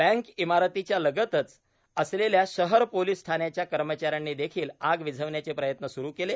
bank इमारतीच्या लगतच असलेल्या शहर पोलीस ठाण्याच्या कर्मचाऱ्यांनी देखील आग विझविण्याचे प्रयत्न सुरू केले